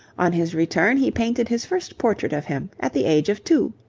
on his return he painted his first portrait of him at the age of two.